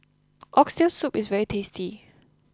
Oxtail Soup is very tasty